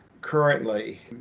currently